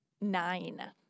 Nine